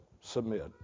submit